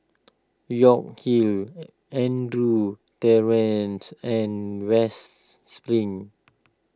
York Hill Andrews Terrace and West Spring